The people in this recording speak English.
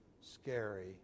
scary